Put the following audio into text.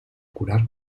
curar